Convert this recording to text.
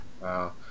Wow